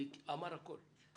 אמר הכול.